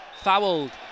fouled